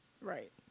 Right